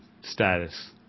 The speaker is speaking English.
status